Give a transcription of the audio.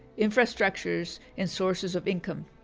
infrastructures and sources of income.